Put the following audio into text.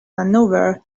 maneuver